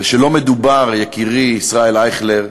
ושלא מדובר, יקירי ישראל אייכלר,